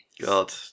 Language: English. God